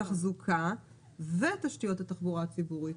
תחזוקה ותשתיות התחבורה הציבורית